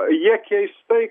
jie keistai